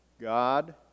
God